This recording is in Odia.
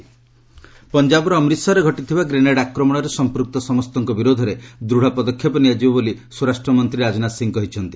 ରାଜନାଥ ଗ୍ରେନେଡ୍ ଆଟାକ୍ ପଞ୍ଜାବର ଅମ୍ରିତ୍ସର୍ରେ ଘଟିଥିବା ଗ୍ରେନେଡ୍ ଆକ୍ରମଣରେ ସମ୍ପୃକ୍ତ ସମସ୍ତଙ୍କ ବିରୋଧରେ ଦୃଢ଼ ପଦକ୍ଷେପ ନିଆଯିବ ବୋଲି ସ୍ୱରାଷ୍ଟ ମନ୍ତ୍ରୀ ରାଜନାଥ ସିଂ କହିଛନ୍ତି